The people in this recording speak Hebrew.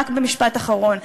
רק משפט אחרון.